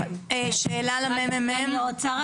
--- שאלה למחלקת המחקר והמידע של הכנסת: